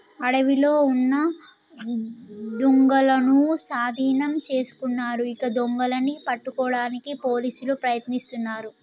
అడవిలో ఉన్న దుంగలనూ సాధీనం చేసుకున్నారు ఇంకా దొంగలని పట్టుకోడానికి పోలీసులు ప్రయత్నిస్తున్నారు